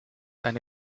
eine